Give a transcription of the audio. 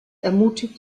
ermutigt